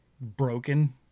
broken